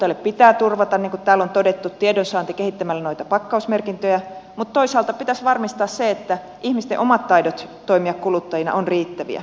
kuluttajille pitää turvata niin kuin täällä on todettu tiedonsaanti kehittämällä noita pakkausmerkintöjä mutta toisaalta pitäisi varmistaa se että ihmisten omat taidot toimia kuluttajina ovat riittäviä